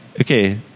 okay